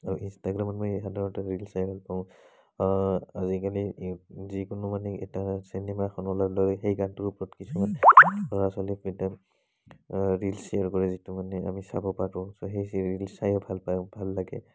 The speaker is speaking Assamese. আৰু ইনষ্টাগ্ৰামত মই সাধাৰণতে ৰিল চাই ভাল পাওঁ আজিকালি যিকোনো মানে এটা চিনেমা এখন লৈ সেই গানটো ল'ৰা ছোৱালীক ৰীল চিল কৰি যিটো মানে আমি চাব পাৰু সেই ৰীল চাই ভাল লাগে